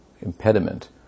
impediment